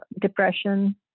depression